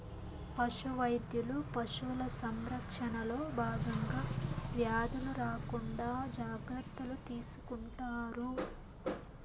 పశు వైద్యులు పశువుల సంరక్షణలో భాగంగా వ్యాధులు రాకుండా జాగ్రత్తలు తీసుకుంటారు